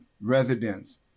residents